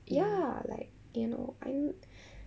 ya like you know I'm